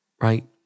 Right